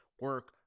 Work